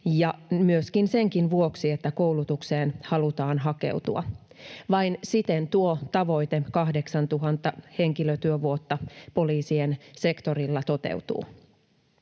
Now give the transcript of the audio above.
myöskin sen vuoksi, että koulutukseen halutaan hakeutua. Vain siten tuo tavoite, 8 000 henkilötyövuotta, poliisin sektorilla toteutuu.